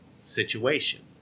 situation